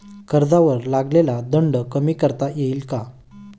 कर्जावर लागलेला दंड कमी करता येईल का?